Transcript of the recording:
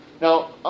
Now